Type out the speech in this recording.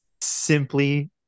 simply